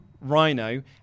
Rhino